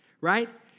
right